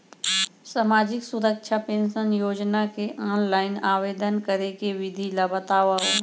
सामाजिक सुरक्षा पेंशन योजना के ऑनलाइन आवेदन करे के विधि ला बतावव